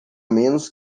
menos